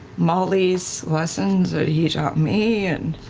molly's lessons, that you taught me, and